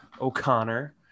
O'Connor